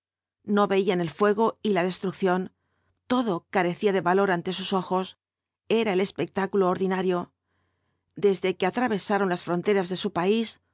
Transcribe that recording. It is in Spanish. no veían el fuego y la destrucción todo carecía de valor ante sus ojos era el espectáculo ordinario desde que atravesaron las fronteras de su país